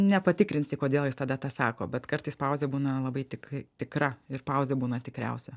nepatikrinsi kodėl jis tada tą sako bet kartais pauzė būna labai tik tikra ir pauzė būna tikriausia